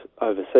overseas